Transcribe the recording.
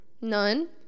None